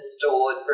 stored